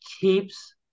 keeps